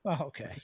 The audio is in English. Okay